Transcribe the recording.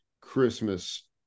Christmas